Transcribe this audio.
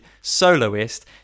soloist